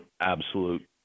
absolute